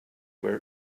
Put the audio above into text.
where